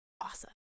awesome